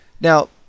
Now